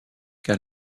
car